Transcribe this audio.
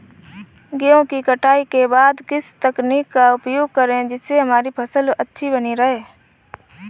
गेहूँ की कटाई के बाद किस तकनीक का उपयोग करें जिससे हमारी फसल अच्छी बनी रहे?